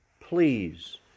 please